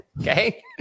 okay